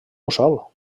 mussol